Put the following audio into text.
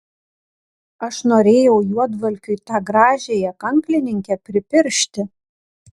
aš norėjau juodvalkiui tą gražiąją kanklininkę pripiršti